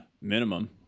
Minimum